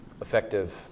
effective